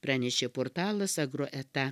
pranešė portalas agroeta